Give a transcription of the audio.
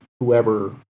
Whoever